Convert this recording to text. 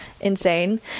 insane